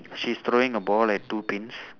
she's throwing a ball like two pins